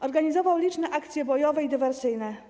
Organizował liczne akcje bojowe i dywersyjne.